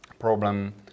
problem